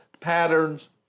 patterns